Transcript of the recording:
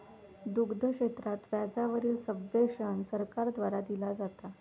दुग्ध क्षेत्रात व्याजा वरील सब्वेंशन सरकार द्वारा दिला जाता